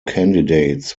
candidates